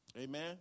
Amen